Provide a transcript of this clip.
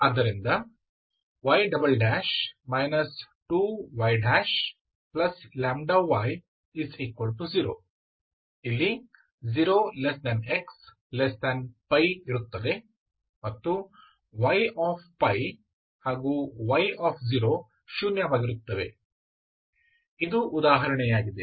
ಆದ್ದರಿಂದ y 2y y0 0xπ y and y00 ಇದು ಉದಾಹರಣೆಯಾಗಿದೆ